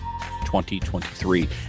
2023